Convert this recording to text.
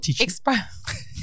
express